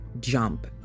jump